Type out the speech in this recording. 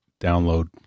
download